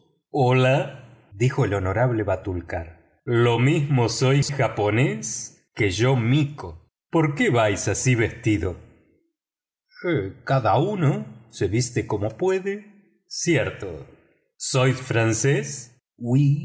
hola dijo el honorable batulcar lo mismo sois japonés que yo mico por qué vais así vestido cada uno se viste como puede cierto sois francés